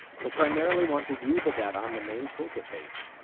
you'll primarily want to view the data on the main toolkit page,